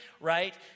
right